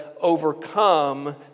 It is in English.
overcome